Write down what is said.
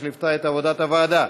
שליוותה את עבודת הוועדה.